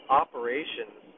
operations